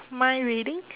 mind reading